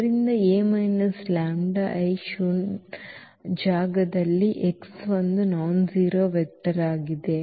ಆದ್ದರಿಂದ ಈ A λI ನ ಶೂನ್ಯ ಜಾಗದಲ್ಲಿ x ಒಂದು ನಾನ್ಜೆರೋ ವೆಕ್ಟರ್ ಆಗಿದೆ